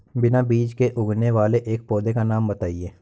बिना बीज के उगने वाले एक पौधे का नाम बताइए